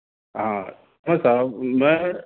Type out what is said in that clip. ہاں اچھا صاحب میں